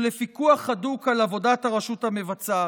ולפיקוח הדוק על עבודת הרשות המבצעת.